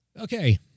Okay